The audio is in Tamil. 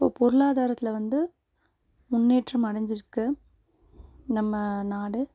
இப்போ பொருளாதாரத்தில் வந்து முன்னேற்றம் அடைஞ்சுருக்கு நம்ம நாடு